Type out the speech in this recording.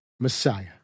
Messiah